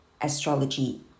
astrology